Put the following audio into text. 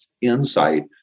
insight